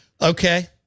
Okay